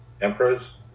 emperors